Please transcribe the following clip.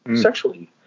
sexually